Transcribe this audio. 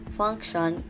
function